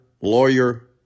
lawyer